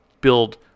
build